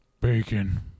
bacon